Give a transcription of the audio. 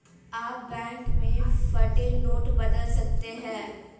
आप बैंक में फटे नोट बदल सकते हैं